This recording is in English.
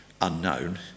unknown